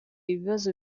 ibibazo